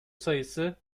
sayısı